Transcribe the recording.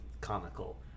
comical